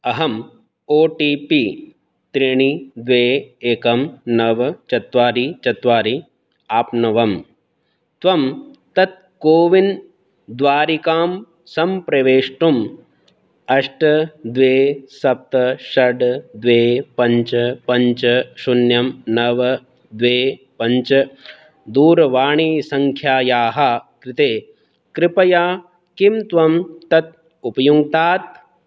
अहम् O T P त्रीणि द्वे एकं नव चत्वारि चत्वारि आप्नवं त्वं तत् कोविन् द्वारिकां सम्प्रवेष्टुम् अष्ट द्वे सप्त षड् द्वे पञ्च पञ्च शून्यं नव द्वे पञ्च दूरवाणीसङ्ख्यायाः कृते कृपया किं त्वं तत् उपयुङ्क्तात्